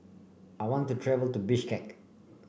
I want to travel to Bishkek